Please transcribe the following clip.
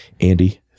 Andy